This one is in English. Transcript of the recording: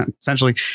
essentially